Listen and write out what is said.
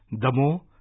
Damo